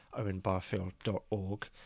owenbarfield.org